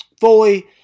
fully